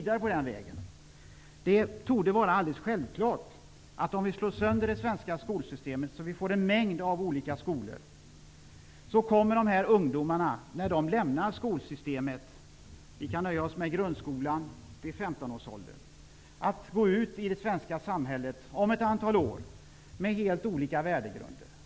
Det torde vara alldeles självklart att om vi slår sönder det svenska skolsystemet så att vi får en mängd olika skolor kommer de ungdomar som lämnar skolan vid 15 års ålder -- vi kan nöja oss med grundskolan -- att gå ut i det svenska samhället med helt olika värdegrunder.